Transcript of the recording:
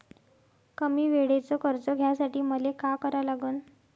कमी वेळेचं कर्ज घ्यासाठी मले का करा लागन?